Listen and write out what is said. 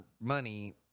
money